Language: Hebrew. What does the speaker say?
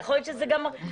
יכול להיות שזה גם 2025,